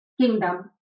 kingdom